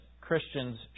Christians